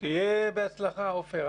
שיהיה בהצלחה, עפר.